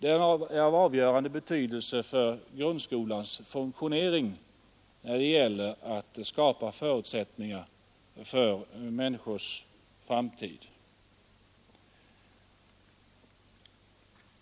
Den är av avgörande betydelse för grundskolans funktionering när det gäller att skapa förutsättningar för människors framtid.